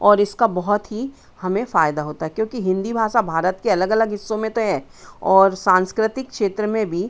और इसका बहुत ही हमें फ़ायदा होता है क्योंकि हिन्दी भाषा भारत के अलग अलग हिस्सों में तो है और सांस्कृतिक क्षेत्र में भी